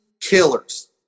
killers